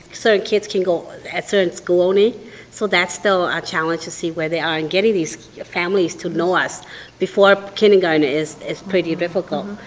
certain kids can go at certain school only so that's still a challenge to see where they are in getting these families to know us before kindergarten is is pretty difficult.